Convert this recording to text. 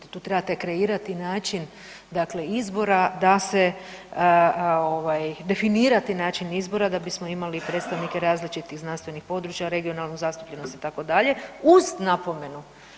Tu trebate kreirati način dakle izbora da se definirati način izbora da bismo imali predstavnike različitih znanstvenih područja, regionalnu zastupljenost itd. uz napomenu.